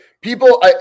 People